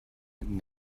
and